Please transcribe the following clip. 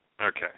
Okay